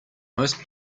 most